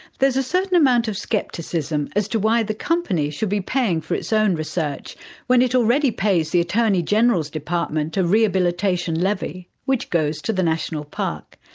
there's a certain amount of scepticism as to why the company should be paying for its own research when it already pays the attorney general's department a rehabilitation levy which goes to the national park.